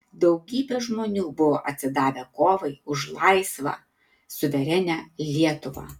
daugybė žmonių buvo atsidavę kovai už laisvą suverenią lietuvą